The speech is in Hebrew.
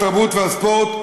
התרבות והספורט.